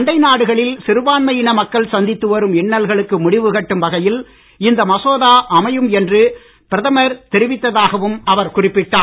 அண்டை நாடுகளில் சிறுபான்மையின மக்கள் சந்தித்து வரும் இன்னல்களுக்கு முடிவு கட்டும் வகையில் இந்த மசோதா அமையும் என்று பிரதமர் தெரிவித்ததாகவும் அவர் குறிப்பிட்டார்